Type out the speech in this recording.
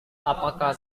apakah